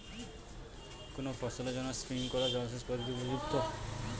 কোন ফসলের জন্য স্প্রিংকলার জলসেচ পদ্ধতি উপযুক্ত?